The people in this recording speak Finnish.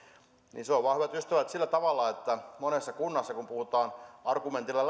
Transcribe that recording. se on vain hyvät ystävät sillä tavalla että monessa kunnassa kun puhutaan argumentilla